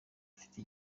ufite